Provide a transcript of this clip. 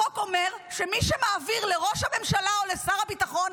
החוק אומר שמי שמעביר לראש הממשלה או לשר הביטחון,